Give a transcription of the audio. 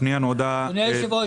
אדוני היושב ראש,